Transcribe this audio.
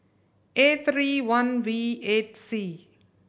A three one V eight C